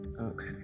Okay